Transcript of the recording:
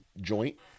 joint